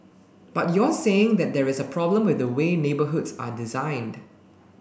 but you're saying that there is a problem with the way neighbourhoods are designed